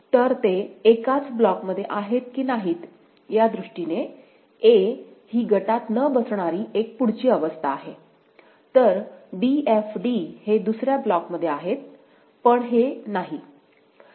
तर ते एकाच ब्लॉक मध्ये आहेत की नाहीत यादृष्टीने a ही गटात न बसणारी एक पुढची अवस्था आहेतर d f d हे दुसऱ्या ब्लॉक मध्ये आहेत पण हे नाही